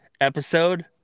episode